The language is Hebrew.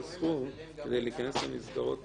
השאלה אם אדם לא יכול להשיג כזה סכום כדי להיכנס למסגרות